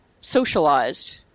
socialized